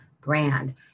brand